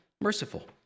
merciful